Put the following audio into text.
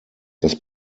das